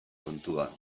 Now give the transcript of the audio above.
kontua